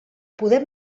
podem